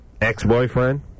Ex-boyfriend